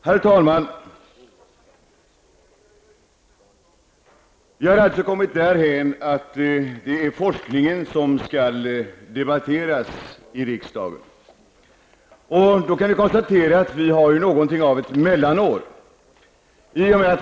Herr talman! Vi har kommit därhän att det är forskningen som skall debatteras i riksdagen. Vi kan konstatera att vi har något av ett mellanår.